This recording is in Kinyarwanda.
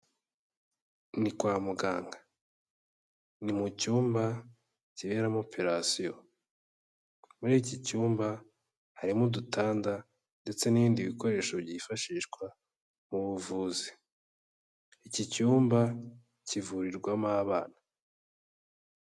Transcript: Ni kwa muganga, ni mu cyumba kiberamo operation, muri iki cyumba harimo udutanda ndetse n'ibindi bikoresho byifashishwa mu buvuzi. Iki cyumba kivurirwamo abana.